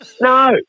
no